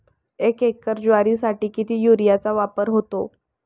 एक एकर ज्वारीसाठी किती युरियाचा वापर होतो?